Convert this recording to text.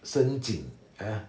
深井 ya